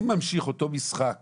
אם ממשיך אותו משחק